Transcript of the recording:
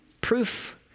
proof